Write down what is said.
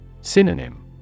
Synonym